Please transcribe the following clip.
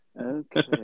Okay